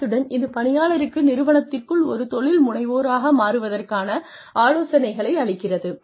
அத்துடன் இது பணியாளருக்கு நிறுவனத்திற்குள் ஒரு தொழில்முனைவோராக மாறுவதற்கான ஆலோசனைகளை அளிக்கிறது